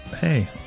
Hey